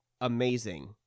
amazing